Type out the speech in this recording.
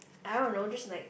I don't know just like